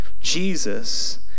Jesus